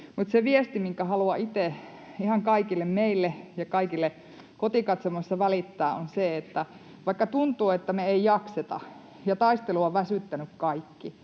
Mutta se viesti, minkä haluan itse ihan kaikille meille ja kaikille kotikatsomoissa välittää, on se, että vaikka tuntuu, että me ei jakseta, ja taistelu on väsyttänyt kaikki,